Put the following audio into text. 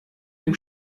dem